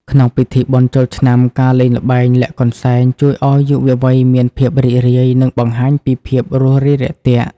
ក្នុងពិធីបុណ្យចូលឆ្នាំ ការលេងល្បែង "លាក់កន្សែង" ជួយឱ្យយុវវ័យមានភាពរីករាយ និងបង្ហាញពីភាពរួសរាយរាក់ទាក់។